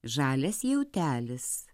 žalias jautelis